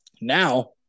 now